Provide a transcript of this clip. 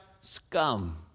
scum